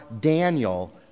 Daniel